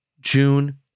June